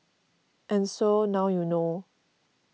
and so now you know